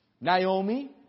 Naomi